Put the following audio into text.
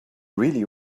really